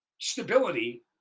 stability